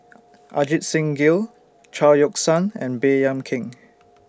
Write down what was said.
Ajit Singh Gill Chao Yoke San and Baey Yam Keng